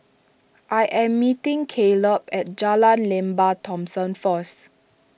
I am meeting Kaleb at Jalan Lembah Thomson first